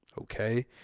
Okay